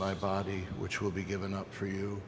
my body which will be given up for you